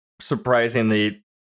surprisingly